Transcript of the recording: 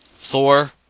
Thor